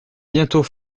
bientôt